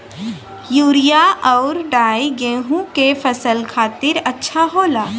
urea आउर डाई गेहूं के फसल खातिर अच्छा होला